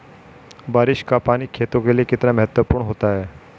बारिश का पानी खेतों के लिये कितना महत्वपूर्ण होता है?